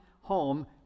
home